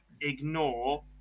ignore